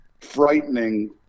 frightening